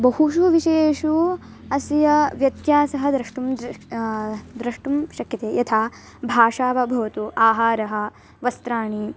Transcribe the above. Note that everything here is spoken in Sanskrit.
बहुषु विषयेषु अस्य व्यत्यासः द्रष्टुं द्रष्टुं शक्यते यथा भाषा वा भवतु आहारः वस्त्राणि